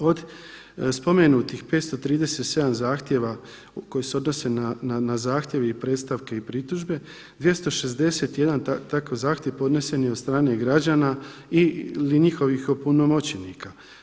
Od spomenutih 537 zahtjeva koji se odnose na zahtjev i predstavke i pritužbe 261 takav zahtjev podnesen je od strane građana ili njihovih opunomoćenika.